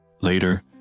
Later